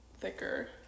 thicker